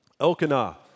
Elkanah